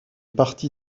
partie